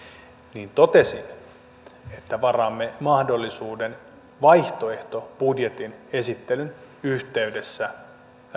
niin totesin että varaamme mahdollisuuden vaihtoehtobudjetin esittelyn yhteydessä